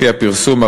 לפי הפרסום,